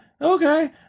okay